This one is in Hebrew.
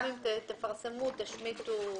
גם אם תפרסמו, תשמיטו פרטים.